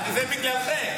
זה בגללכם.